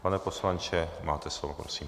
Pane poslanče, máte slovo, prosím.